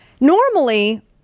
Normally